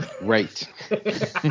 Right